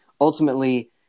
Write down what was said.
Ultimately